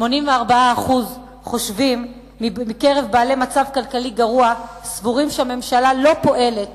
84% מקרב בעלי מצב כלכלי גרוע סבורים שהממשלה לא פועלת